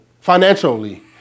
financially